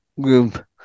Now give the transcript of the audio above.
group